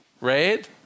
right